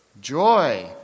joy